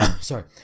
Sorry